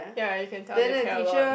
ya you can tell they care a lot